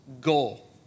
goal